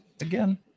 again